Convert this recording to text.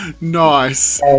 nice